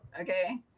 Okay